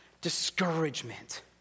Discouragement